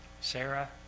Sarah